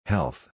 Health